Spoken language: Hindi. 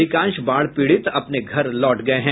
अधिकांश बाढ़ पीड़ित अपने घर लौट गये हैं